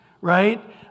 right